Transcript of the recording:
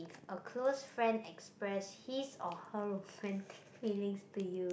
a close friend express his or her romantic feeling to you